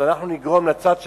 נגרום לצד שכנגד,